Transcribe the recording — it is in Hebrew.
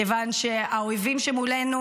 כיוון שהאויבים שמולנו,